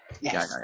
Yes